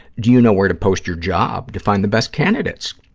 do you know where to post your job to find the best candidates?